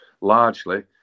largely